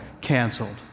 canceled